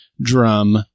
drum